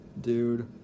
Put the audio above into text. dude